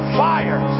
fire